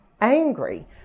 angry